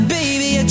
baby